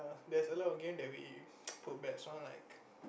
there's a lot of game that we put back like